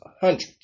hundreds